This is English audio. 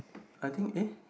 I think eh